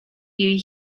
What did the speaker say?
you